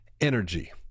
energy